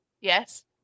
Yes